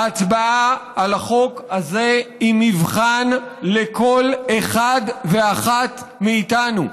ההצבעה על החוק הזה היא מבחן לכל אחד ואחת מאיתנו.